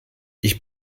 ich